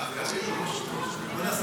מערת